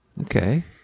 Okay